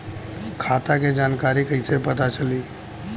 खाता के जानकारी कइसे पता चली?